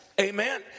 Amen